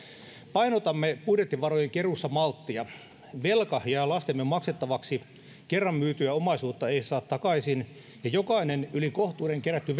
painotamme budjettivarojen keruussa malttia velka jää lastemme maksettavaksi kerran myytyä omaisuutta ei saa takaisin ja jokainen yli kohtuuden kerätty